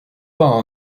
pas